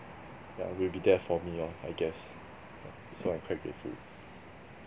yeah will be there for me lor I guess so I'm quite grateful